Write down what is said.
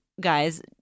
guys